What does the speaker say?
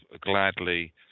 gladly